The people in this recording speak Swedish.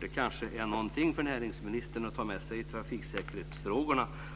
Det kanske är någonting för näringsministern att ta med sig i trafiksäkerhetsfrågorna.